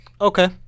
Okay